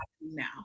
now